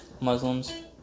Muslims